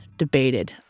Debated